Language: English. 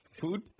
Food